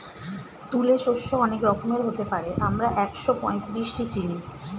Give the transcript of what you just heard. তুলে শস্য অনেক রকমের হতে পারে, আমরা একশোপঁয়ত্রিশটি চিনি